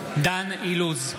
אילוז,